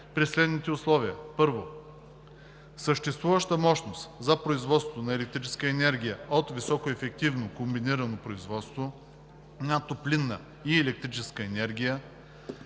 при следните условия: 1. съществуваща мощност за производство на електрическа енергия от високоефективно комбинирано производство на топлинна и електрическа енергия